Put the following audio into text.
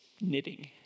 knitting